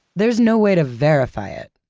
there's no way to verify it,